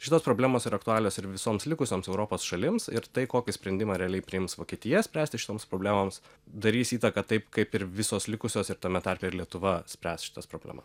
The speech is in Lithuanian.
šitos problemos yra aktualios ir visoms likusioms europos šalims ir tai kokį sprendimą realiai priims vokietija spręsti šitoms problemoms darys įtaką taip kaip ir visos likusios ir tame tarpe ir lietuva spręs šitas problemas